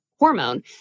hormone